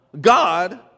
God